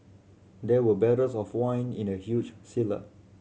there were barrels of wine in the huge cellar